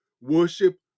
worship